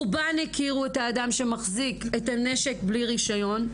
רובן הכירו את האדם שמחזיק את הנשק בלי רישיון.